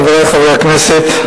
חברי חברי הכנסת,